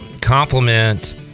compliment